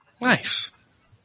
Nice